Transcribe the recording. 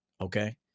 Okay